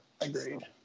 agreed